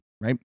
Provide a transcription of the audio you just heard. right